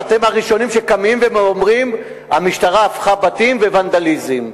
אתם הראשונים שקמים ואומרים: המשטרה הפכה בתים וונדליזם.